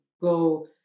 go